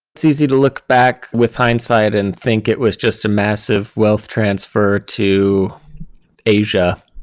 it's easy to look back with hindsight and think it was just a massive wealth transfer to asia,